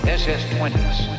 ss-20s